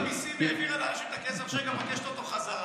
רשות המיסים העבירה לאנשים את הכסף וכרגע מבקשת אותו בחזרה,